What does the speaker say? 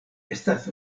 estas